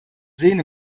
sehen